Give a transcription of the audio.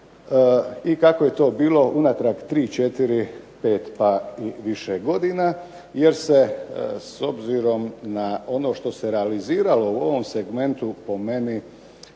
i kako je to bilo unatrag 3, 4, 5 pa i više godina jer se s obzirom na ono što se realiziralo u ovom segmentu po meni